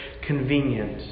Convenient